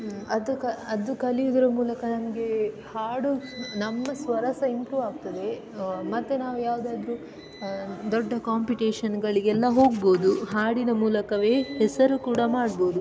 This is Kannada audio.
ಅದು ಕ ಅದು ಕಲಿಯುವುದರ ಮೂಲಕ ನಮಗೆ ಹಾಡು ನಮ್ಮ ಸ್ವರ ಸಹಾ ಇಂಪ್ರೂವ್ ಆಗ್ತದೆ ಮತ್ತೆ ನಾವು ಯಾವುದಾದ್ರೂ ದೊಡ್ಡ ಕಾಂಪಿಟೇಶನ್ಗಳಿಗೆಲ್ಲ ಹೋಗ್ಬೋದು ಹಾಡಿನ ಮೂಲಕವೇ ಹೆಸರು ಕೂಡ ಮಾಡ್ಬೋದು